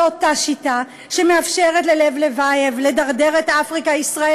זו אותה שיטה שמאפשרת ללב לבייב לדרדר את אפריקה ישראל